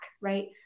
right